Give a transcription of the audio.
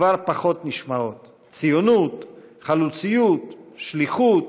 כבר פחות נשמעות: ציונות, חלוציות, שליחות,